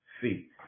feet